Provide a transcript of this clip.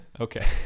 okay